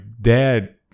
dad